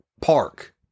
park